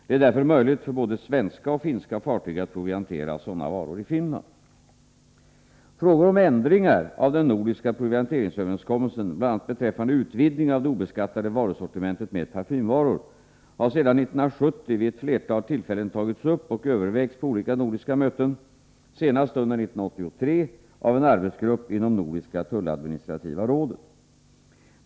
Det är därför möjligt för både svenska och finska fartyg att proviantera Nr 68 sådana varor i Finland. Måndagen den Frågor om ändringar av den nordiska provianteringsöverenskommelsen, 30 januari 1984 bl.a. beträffande utvidgning av det obeskattade varusortimentet med parfymvaror, har sedan 1970 vid ett flertal tillfällen tagits upp och övervägts | j S å : Om försäljningen på OKKR DÖrdiska möten, senast Buider 1988 aven arbetsgrupp inom Nordiska av skattefria varor tulladministrativa rådet.